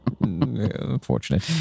Unfortunate